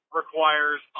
requires